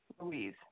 Louise